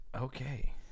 Okay